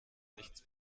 nichts